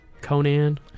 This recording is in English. Conan